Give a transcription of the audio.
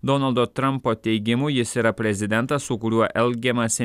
donaldo trampo teigimu jis yra prezidentas su kuriuo elgiamasi